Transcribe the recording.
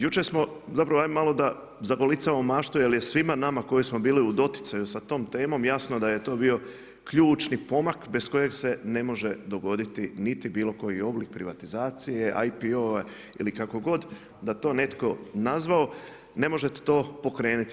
Jučer smo, zapravo, ajmo malo da zagolicamo maštu, jer je svima nama koji smo bili u doticaju sa tom temom jasno da je to bio ključni pomak, bez kojeg se ne može dogoditi niti bilo koji oblik privatizacije, IPO-va, ili kako god da to netko nazvao, ne možete to pokrenuti.